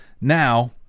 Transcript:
now